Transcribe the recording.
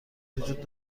وجود